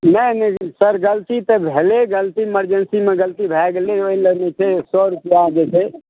नहि नहि सर गलती तऽ भेलै गलती मरजेन्सी मे गलती भय गेलै ओहि लए नहि छै सए रुपआ दय दै छै